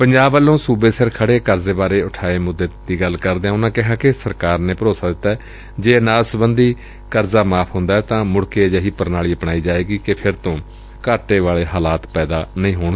ਪੰਜਾਬ ਵੱਲੋਂ ਸੁਬੇ ਸਿਰ ਖੜੇ ਕਰਜ਼ੇ ਬਰੇ ਉਠਾਏ ਮੁੱਦੇ ਦੀ ਗੱਲ ਕਰਦਿਆਂ ਉਨਾਂ ਕਿਹਾ ਕਿ ਸਰਕਾਰ ਨੇ ਭਰੋਸਾ ਦਿੱਤੈ ਕਿ ਜੇ ਅਨਾਜ ਸਬੰਧੀ ਕਰਜ਼ਾ ਮਾਫ਼ ਹੁੰਦੈ ਤਾਂ ਮੁੜ ਕੇ ਅਜਿਹੀ ਪ੍ਰਣਾਲੀ ਅਪਣਾਈ ਜਾਏਗੀ ਕਿ ਫਿਰ ਤੋਂ ਘਾਟੇ ਵਾਲੇ ਹਾਲਾਤ ਪੈਦਾ ਨਾ ਹੋਣ